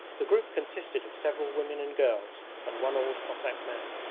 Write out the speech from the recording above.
the group consisted of several women and girls and one old cossack man.